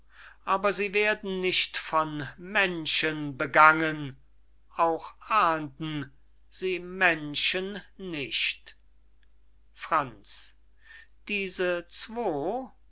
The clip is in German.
aber sie werden nicht von menschen begangen auch ahnden sie menschen nicht franz diese zwo